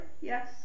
yes